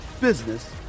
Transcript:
business